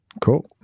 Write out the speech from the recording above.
Cool